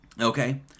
Okay